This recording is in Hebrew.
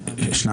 1